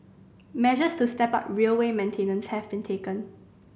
measures to step up railway maintenance have been taken